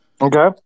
Okay